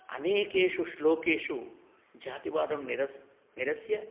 अनेकेषु श्लोकेषु जातिवादं निरस् निरस्य